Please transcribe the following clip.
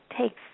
takes